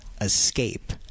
escape